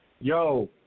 Yo